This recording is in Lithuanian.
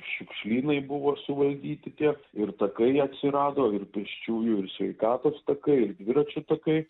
šiukšlynai buvo suvaldyti tie ir takai atsirado ir pėsčiųjų ir sveikatos takai ir dviračių takai